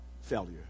failure